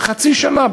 חצי שנה,